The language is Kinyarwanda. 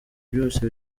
byose